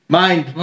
mind